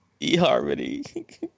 eHarmony